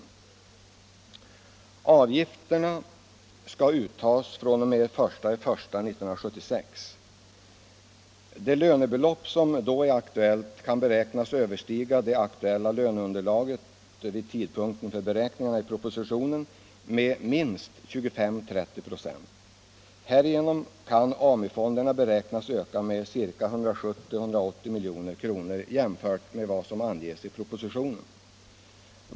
RS blades er Avgifterna skall uttas fr.o.m. den 1 januari 1976. Det lönebelopp som = Arbetsmarknadsutdå är aktuellt kan förmodas överstiga löneunderlaget vid tidpunkten för = bildningen beräkningarna i propositionen med minst 25-30 4. Härigenom kan AMU-fonderna beräknas öka med 170-180 milj.kr. jämfört med vad som anges i propositionen.